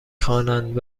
خوانند